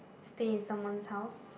stay in someone's house